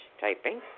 typing